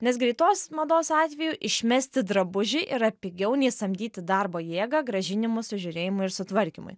nes greitos mados atveju išmesti drabužį yra pigiau nei samdyti darbo jėgą grąžinimų su žiūrėjimui ir sutvarkymui